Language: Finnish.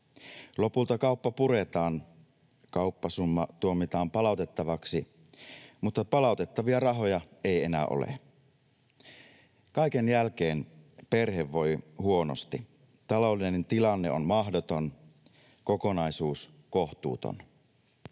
Lopulta kauppa puretaan. Kauppasumma tuomitaan palautettavaksi, mutta palautettavia rahoja ei enää ole. Kaiken jälkeen perhe voi huonosti. Taloudellinen tilanne on mahdoton, kokonaisuus kohtuuton.